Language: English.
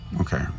Okay